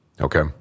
Okay